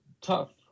tough